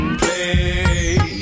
play